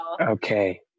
Okay